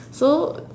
so